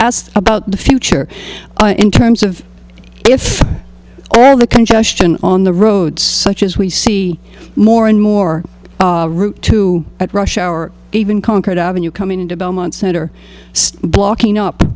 ask about the future in terms of if all the congestion on the road such as we see more and more route to at rush hour even concord avenue coming into belmont center blocking up